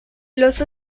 los